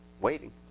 waiting